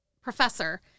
professor